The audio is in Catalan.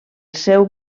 seu